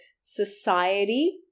society